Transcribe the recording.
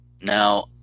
Now